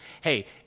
hey